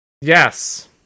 Yes